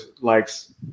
likes